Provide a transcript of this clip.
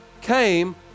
came